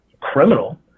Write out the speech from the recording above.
criminal